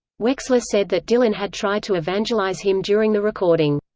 wexler said that dylan had tried to evangelize him during the recording.